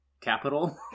capital